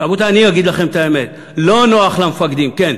רבותי, אני אגיד לכם את האמת: לא נוח למפקדים, כן,